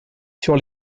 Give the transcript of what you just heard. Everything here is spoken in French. sur